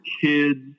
kids